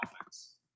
offense